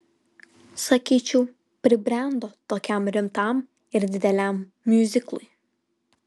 sakyčiau pribrendo tokiam rimtam ir dideliam miuziklui